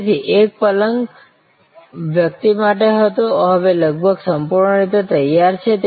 તેથી એક પલંગ વ્યક્તિ માટે હતો હવે લગભગ સંપૂર્ણ રીતે તૈયાર છે